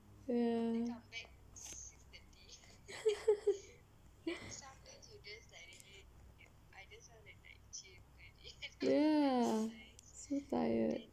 ya ya